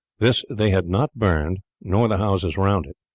this they had not burned nor the houses around it,